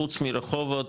חוץ מרחובות,